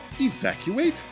Evacuate